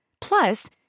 Plus